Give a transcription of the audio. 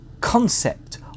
concept